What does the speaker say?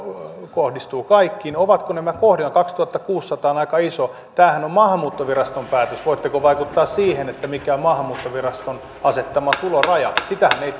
kohdistuvat kaikkiin ovatko nämä kohdillaan kaksituhattakuusisataa on aika iso tämähän on maahanmuuttoviraston päätös voitteko vaikuttaa siihen mikä on maahanmuuttoviraston asettama tuloraja sitähän ei